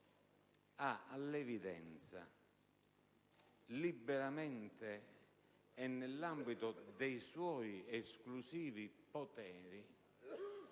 ha, all'evidenza, liberamente e nell'ambito dei suoi esclusivi poteri,